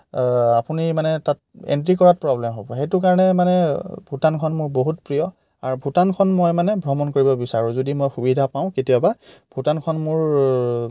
আপুনি মানে তাত এণ্ট্ৰি কৰাত প্ৰব্লেম হ'ব সেইটো কাৰণে মানে ভূটানখন মোৰ বহুত প্ৰিয় আৰু ভূটানখন মই মানে ভ্ৰমণ কৰিব বিচাৰোঁ যদি মই সুবিধা পাওঁ কেতিয়াবা ভূটানখন মোৰ